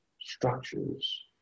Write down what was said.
structures